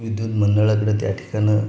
विद्युत मंडळाकडे त्या ठिकाणं